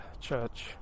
church